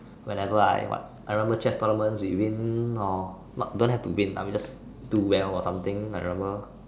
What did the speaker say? whenever I what I remember chess tournaments we win or don't have to win just do well or something I remember